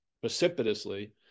precipitously